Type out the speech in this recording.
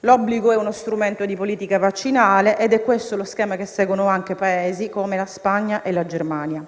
L'obbligo è uno strumento di politica vaccinale ed è questo lo schema che seguono anche Paesi come la Spagna e la Germania.